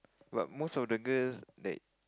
but most of the girl that